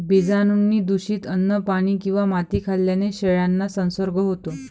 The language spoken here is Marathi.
बीजाणूंनी दूषित अन्न, पाणी किंवा माती खाल्ल्याने शेळ्यांना संसर्ग होतो